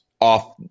off